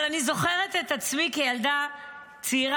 אבל אני זוכרת את עצמי כילדה צעירה,